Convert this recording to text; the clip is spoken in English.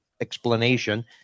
explanation